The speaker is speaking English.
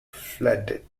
fled